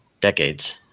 decades